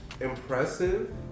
impressive